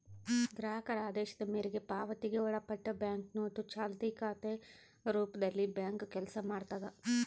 ಗ್ರಾಹಕರ ಆದೇಶದ ಮೇರೆಗೆ ಪಾವತಿಗೆ ಒಳಪಟ್ಟಿ ಬ್ಯಾಂಕ್ನೋಟು ಚಾಲ್ತಿ ಖಾತೆ ರೂಪದಲ್ಲಿಬ್ಯಾಂಕು ಕೆಲಸ ಮಾಡ್ತದ